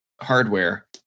hardware